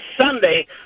Sunday